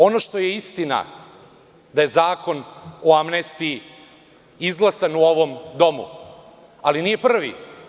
Ono što je istina da je Zakon o amnestiji izglasan u ovom domu, ali nije prvi.